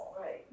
Right